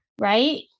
Right